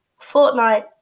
Fortnite